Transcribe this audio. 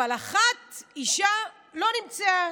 אבל אחת, אישה, לא נמצאה.